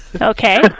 Okay